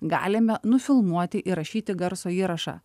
galime nufilmuoti įrašyti garso įrašą